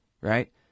Right